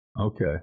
Okay